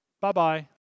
Bye-bye